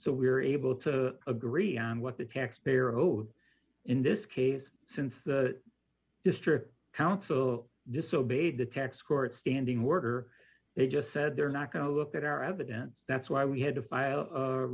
so we were able to agree on what the taxpayer owed in this case since the district council disobeyed the tax court standing order they just said they're not going to look at our evidence that's why we had to file a